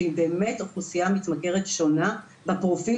שהיא באמת אוכלוסייה מתמכרת שונה בפרופיל